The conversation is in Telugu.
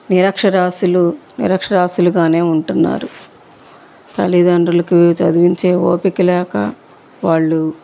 నిరక్షరాస్యులు నిరక్షరాస్యులుగా ఉంటున్నారు తల్లిదండ్రులకి చదివించే ఓపిక లేక వాళ్ళు